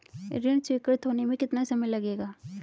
ऋण स्वीकृत होने में कितना समय लगेगा?